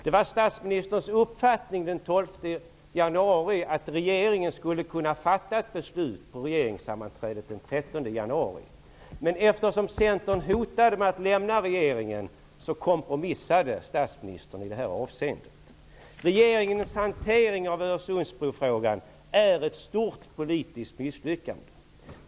Det var statsministerns uppfattning den 12 januari att regeringen skulle kunna fatta ett beslut vid regeringssammanträdet den 13 januari. Men eftersom Centern hotade med att lämna regeringen, kompromissade statsministern i detta avseende. Regeringens hantering av Öresundsbrofrågan är ett stort politiskt misslyckande.